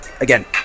again